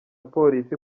polisi